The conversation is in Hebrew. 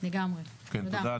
לגמרי, תודה.